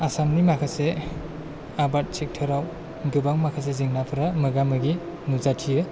आसामनि माखासे आबाद सेक्ट'राव गोबां माखासे जेंनाफोरा मोगा मोगि नुजाथियो